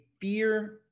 fear